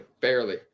Barely